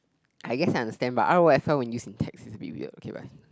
I guess I understand but r_o_f_l when use in text is a bit weird